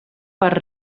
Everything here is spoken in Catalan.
per